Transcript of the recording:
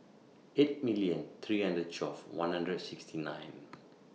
eight million three hundred twelve one hundred sixty nine